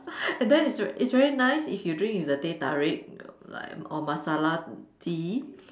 then it's it's very nice if you drink with the Teh-tarik like or masala Tea